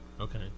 Okay